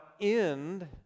end